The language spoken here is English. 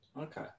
Okay